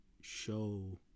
show